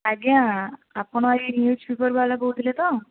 ଆଜ୍ଞା ଆପଣ ଏହି ନ୍ୟୁଜପେପର୍ ବାଲା କହୁଥିଲେ ତ